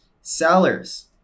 Sellers